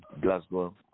Glasgow